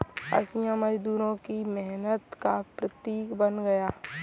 हँसिया मजदूरों की मेहनत का प्रतीक बन गया है